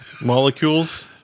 molecules